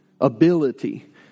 ability